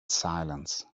silence